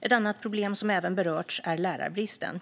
Ett annat problem som berörts är lärarbristen.